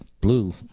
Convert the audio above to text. blue